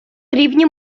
рівні